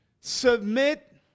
submit